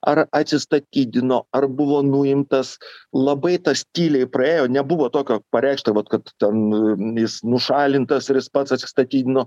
ar atsistatydino ar buvo nuimtas labai tas tyliai praėjo nebuvo tokio pareikšto vat kad ten jis nušalintas ir jis pats atsistatydino